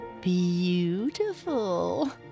Beautiful